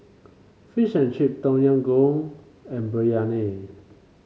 Fish and Chip Tom Yam Goong and Biryani